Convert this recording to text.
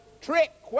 trick